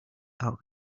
out